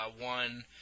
one